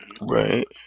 Right